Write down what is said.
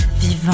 vivant